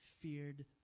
feared